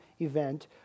event